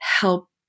help